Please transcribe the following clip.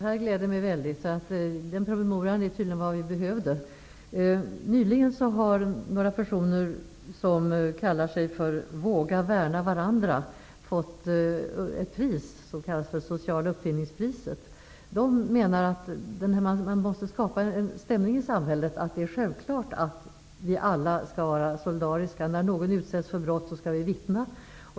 Herr talman! Detta gläder mig mycket. Den promemorian är tydligen vad vi behövde. Nyligen har några personer som kallar sig för Våga värna varandra fått ett pris som kallas Sociala uppfinningspriset. De menar att man måste skapa en stämning i samhället som gör att det är självklart att vi alla skall vara solidariska. När någon utsätts för brott skall vi vittna.